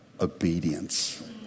obedience